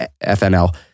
FNL